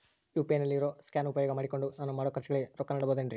UPI ನಲ್ಲಿ ಇರೋ scan ಉಪಯೋಗ ಮಾಡಿಕೊಂಡು ನಾನು ಮಾಡೋ ಖರ್ಚುಗಳಿಗೆ ರೊಕ್ಕ ನೇಡಬಹುದೇನ್ರಿ?